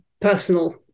personal